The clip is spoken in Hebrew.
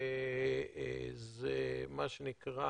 זה מה שנקרא